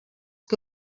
que